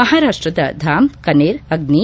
ಮಾಹಾರಾಷ್ಟದ ಧಾಮ್ ಕನೇರ್ ಅಗ್ನಿ